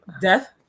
Death